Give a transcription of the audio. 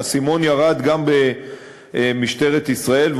האסימון ירד גם במשטרת ישראל.